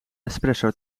espresso